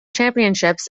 championships